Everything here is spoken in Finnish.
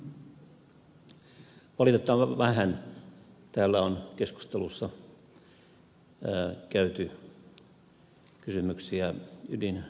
valitettavan vähän täällä on keskustelussa käyty läpi kysymyksiä ydinturvallisuudesta